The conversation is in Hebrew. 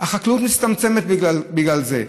החקלאות מצטמצמת בגלל זה.